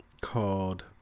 called